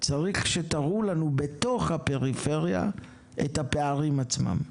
צריך שתראו לנו בתוך הפריפריה את הפערים עצמם.